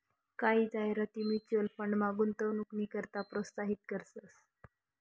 कायी जाहिराती म्युच्युअल फंडमा गुंतवणूकनी करता प्रोत्साहित करतंस